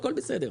הכול בסדר.